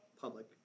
public